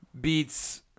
beats